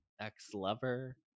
ex-lover